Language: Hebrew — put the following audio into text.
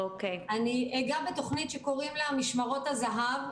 אגע בתוכנית שקוראים לה "משמרות זהב",